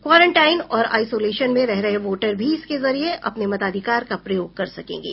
quarantine और isolation में रह रहे वोटर भी इसके जरिये अपने मताधिकार का प्रयोग कर सकेंगे